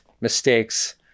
mistakes